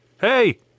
hey